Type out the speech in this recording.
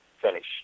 finish